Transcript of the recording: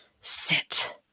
sit